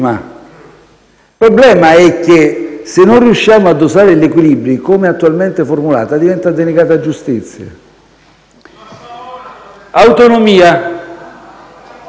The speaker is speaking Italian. il problema è che, se non riusciamo a dosare gli equilibri, come attualmente formulata, diventa denegata giustizia. FARAONE